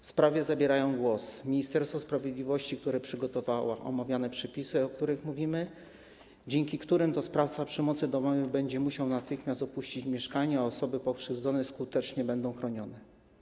W sprawie zabrało głos Ministerstwo Sprawiedliwości, które przygotowało przepisy, o których mówimy, dzięki którym to sprawca przemocy domowej będzie musiał natychmiast opuścić mieszkanie, a osoby pokrzywdzone będą skutecznie chronione.